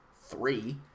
three